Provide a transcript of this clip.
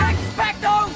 Expecto